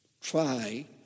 try